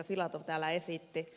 filatov täällä esitti